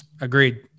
Agreed